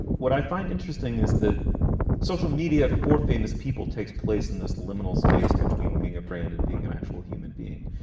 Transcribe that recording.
what i find interesting is the social media for famous people takes place in this liminal space between being a brand and being an actual human being.